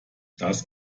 das